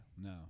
No